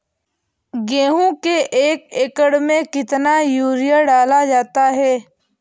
गेहूँ के एक एकड़ में कितना यूरिया डाला जाता है?